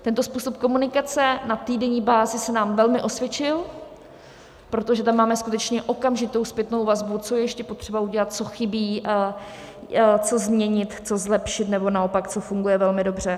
Tento způsob komunikace na týdenní bázi se nám velmi osvědčil, protože tam máme skutečně okamžitou zpětnou vazbu, co je ještě potřeba udělat, co chybí, co změnit, co zlepšit, nebo naopak co funguje velmi dobře.